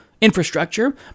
infrastructure